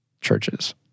churches